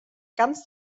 ganz